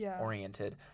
oriented